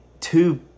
two